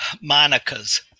monica's